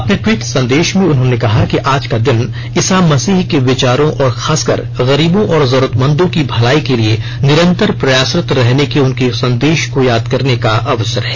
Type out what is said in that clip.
अपने ट्वीट संदेश में उन्होंने कहा कि आज का दिन ईसा मसीह के विचारों और खासकर गरीबों तथा जरूरतमंदों की भलाई के लिए निरंतर प्रयासरत रहने के उनके संदेश को याद करने का अवसर है